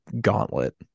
gauntlet